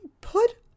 put